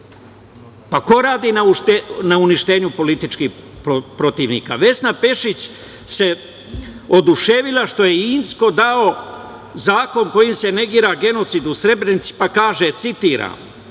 Pa ko radi na uništenju političkih protivnika? Vesna Pešić se oduševila što je Incko dao zakon kojim se negira genocid u Srebrenici, pa kaže, citiram